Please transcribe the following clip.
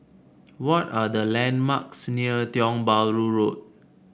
what are the landmarks near Tiong Bahru Road